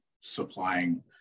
supplying